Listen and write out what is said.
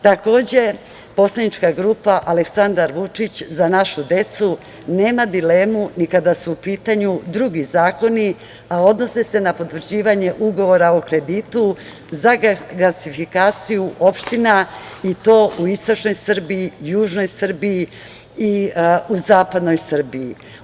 Takođe, poslanička grupa Aleksandar Vučić – za našu decu nema dilemu ni kada su u pitanju drugi zakoni, a odnose se na potvrđivanje ugovora o kreditu za gasifikaciju opština i to istočnoj Srbiji, južnoj Srbiji i u zapadnoj Srbiji.